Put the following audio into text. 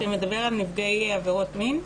שמדבר על נפגעי עבירות מין.